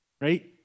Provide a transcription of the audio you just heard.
Right